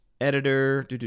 editor